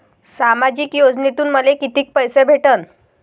सामाजिक योजनेतून मले कितीक पैसे भेटन?